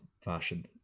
fashion